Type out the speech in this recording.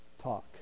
talk